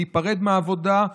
להיפרד מהעבודה,